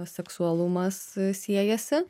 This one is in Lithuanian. seksualumas siejasi